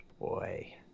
boy